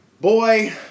boy